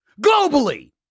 Globally